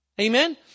Amen